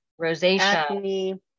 rosacea